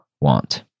want